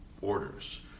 orders